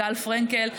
גל פרנקל,